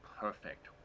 perfect